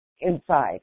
inside